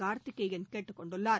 கார்த்திகேயன் கேட்டுக் கொண்டுள்ளார்